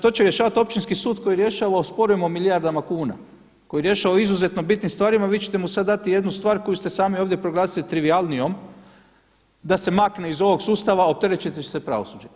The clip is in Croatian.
To će rješavati općinski sud koji rješava o sporovima o milijardama kuna, koji rješava o izuzetno bitnim stvarima, vi ćete mu sada dati jednu stvar koju ste sami ovdje proglasili trivijalnijom da se makne iz ovog sustava, a opteretit će se pravosuđe.